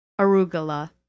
arugula